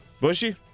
Bushy